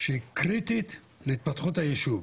שהרחבת תכנית שיפוט היא קריטית להתפתחות הישוב.